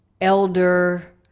elder